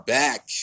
back